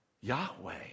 Yahweh